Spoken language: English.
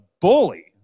bully